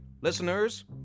listeners